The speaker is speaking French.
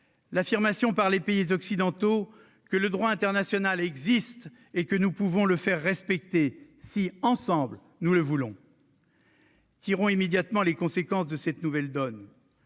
l'affirmation par les pays occidentaux que le droit international existe et que nous pouvons le faire respecter si, ensemble, nous le voulons. Tirons immédiatement les conséquences de cette nouvelle donne